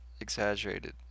exaggerated